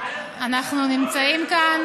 אנחנו נמצאים כאן,